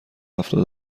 هفتاد